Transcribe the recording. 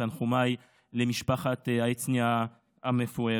את תנחומיי למשפחת העצני המפוארת,